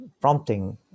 prompting